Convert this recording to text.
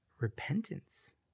repentance